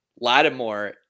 Lattimore